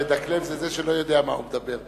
מדקלם זה זה שלא יודע מה הוא מדבר.